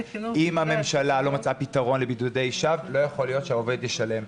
אם הממשלה לא מצאה פתרון לבידודי שווא לא יכול להיות שהעובד ישלם.